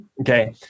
Okay